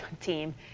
team